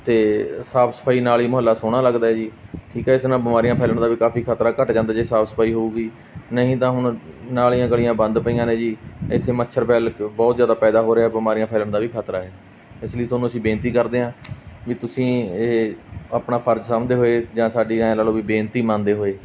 ਅਤੇ ਸਾਫ਼ ਸਫਾਈ ਨਾਲ ਹੀ ਮੁਹੱਲਾ ਸੋਹਣਾ ਲੱਗਦਾ ਹੈ ਜੀ ਠੀਕ ਹੈ ਇਸ ਨਾਲ ਬਿਮਾਰੀਆਂ ਫੈਲਣ ਦਾ ਵੀ ਕਾਫ਼ੀ ਖਤਰਾ ਘੱਟ ਜਾਂਦਾ ਜੀ ਸਾਫ਼ ਸਫਾਈ ਹੋਵੇਗੀ ਨਹੀਂ ਤਾਂ ਹੁਣ ਨਾਲੀਆਂ ਗਲੀਆਂ ਬੰਦ ਪਈਆਂ ਨੇ ਜੀ ਇੱਥੇ ਮੱਛਰ ਪੈਲ ਬਹੁਤ ਜ਼ਿਆਦਾ ਪੈਦਾ ਹੋ ਰਿਹਾ ਬਿਮਾਰੀਆਂ ਫੈਲਣ ਦਾ ਵੀ ਖਤਰਾ ਹੈ ਇਸ ਲਈ ਤੁਹਾਨੂੰ ਅਸੀਂ ਬੇਨਤੀ ਕਰਦੇ ਹਾਂ ਵੀ ਤੁਸੀਂ ਇਹ ਆਪਣਾ ਫਰਜ਼ ਸਮਝਦੇ ਹੋਏ ਜਾਂ ਸਾਡੀ ਐਂ ਲਗਾ ਲਓ ਵੀ ਬੇਨਤੀ ਮੰਨਦੇ ਹੋਏ